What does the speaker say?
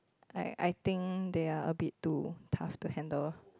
I I think they are a bit too tough to handle